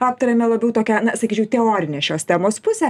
aptarėme labiau tokią na sakyčiau teorinę šios temos pusę